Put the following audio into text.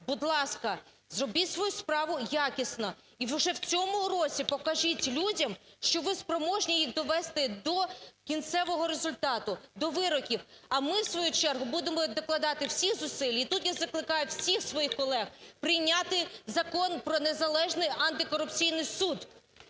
будь ласка, зробіть свою справу якісно і уже в цьому році покажіть людям, що ви спроможні їх довести до кінцевого результату – до вироків. А ми в свою чергу будемо докладати всіх зусиль, і тут я закликаю всіх своїх колег прийняти закон про незалежний антикорупційний суд.